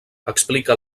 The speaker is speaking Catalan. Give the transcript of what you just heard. explica